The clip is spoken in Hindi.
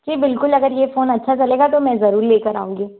जी बिल्कुल अगर ये फ़ोन अच्छा चलेगा तो मैं ज़रूर लेकर आऊँगी